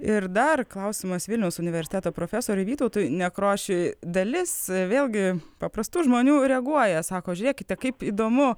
ir dar klausimas vilniaus universiteto profesoriui vytautui nekrošiui dalis vėl gi paprastų žmonių reaguoja sako žiūrėkite kaip įdomu